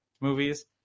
movies